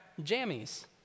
jammies